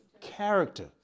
character